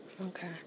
okay